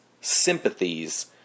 sympathies